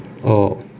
oh